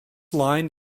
line